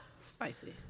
Spicy